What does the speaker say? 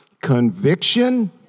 Conviction